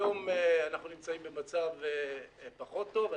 היום אנחנו נמצאים במצב פחות טוב.